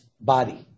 body